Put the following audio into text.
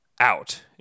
out